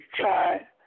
try